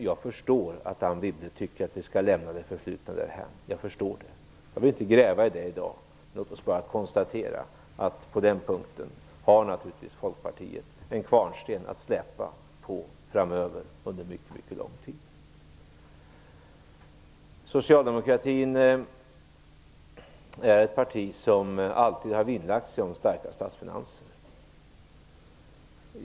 Jag förstår att Anne Wibble tycker att vi skall lämna det förflutna därhän. Jag vill inte gräva i det i dag - låt oss bara konstatera att Folkpartiet på den punkten naturligtvis har en kvarnsten att släpa på under mycket, mycket lång tid framöver. Socialdemokratin har alltid vinnlagt sig om starka statsfinanser.